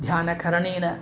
ध्यानकरणेन